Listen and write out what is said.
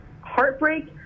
heartbreak